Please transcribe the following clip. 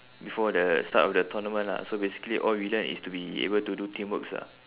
before the start of the tournament lah so basically all we learn is to be able to do teamworks lah